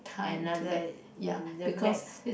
another the max